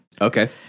Okay